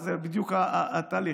זה בדיוק התהליך.